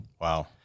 Wow